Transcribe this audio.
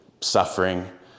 suffering